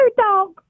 dog